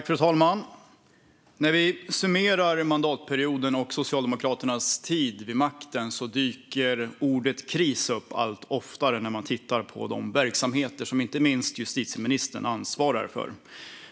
Fru talman! När vi summerar mandatperioden och Socialdemokraternas tid vid makten dyker ordet "kris" upp allt oftare när man tittar på de verksamheter som inte minst justitieministern ansvarar för.